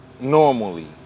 normally